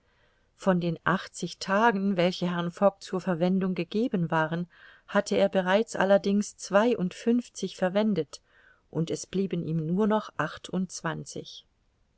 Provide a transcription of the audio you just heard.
von den achtzig tagen welche herrn fogg zur verwendung gegeben waren hatte er bereits allerdings zweiundfünfzig verwendet und es blieben ihm nur noch